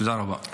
תודה רבה.